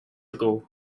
ago